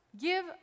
Give